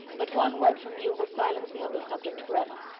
but one word from you will silence me on this subject for ever.